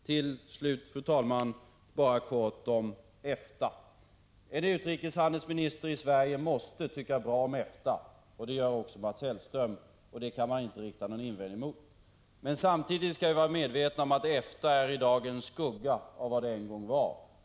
Till slut, fru talman, något kort om EFTA. En utrikeshandelsminister i Sverige måste tycka bra om EFTA. Det gör också Mats Hellström. Det kan man inte rikta någon invändning mot. Men samtidigt skall vi vara medvetna om att EFTA i dag är en skugga av vad det en gång var.